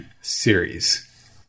series